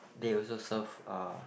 they also serve uh